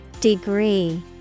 Degree